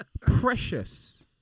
precious